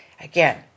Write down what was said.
Again